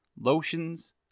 lotions